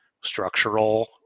structural